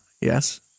yes